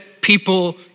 people